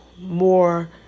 more